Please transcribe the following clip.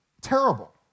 Terrible